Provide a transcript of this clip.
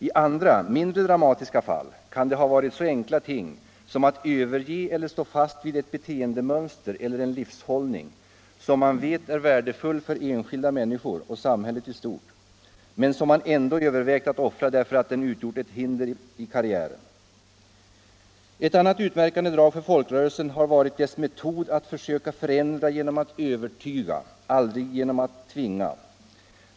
I andra, mindre dramatiska fall kan det ha varit så enkla ting som att överge eller stå fast vid ett beteendemönster eller en livshållning som man vet är värdefull för enskilda människor och samhället i stort men som man ändå övervägt att offra därför att den utgjort ett hinder i karriären. Ett annat utmärkande drag för folkrörelsen har varit dess metod att försöka förändra genom att övertyga, aldrig genom att tvinga.